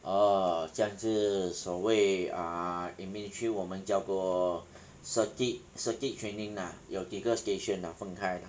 orh 这样是所谓 uh in military 我们叫做 circuit circuit training lah 有几个 station lah 分开啦